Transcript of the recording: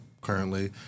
currently